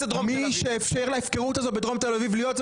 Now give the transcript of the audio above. מי שאפשר להפקרות הזאת בדרום תל אביב להיות אלה